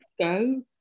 go